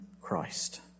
Christ